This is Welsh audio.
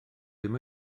ddim